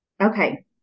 Okay